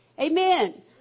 Amen